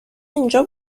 اینجا